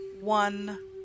one